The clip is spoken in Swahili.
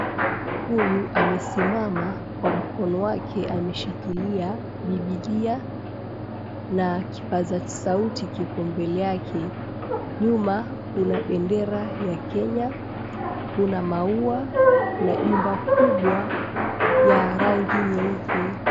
Huyu amesimama. Kwa mkono wake ameshikilia Biblia, na kipaza sauti kiko mbele yake. Nyuma kuna bendera ya Kenya, kuna maua na jumba kubwa ya rangi nyeupe.